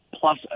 plus